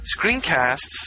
screencasts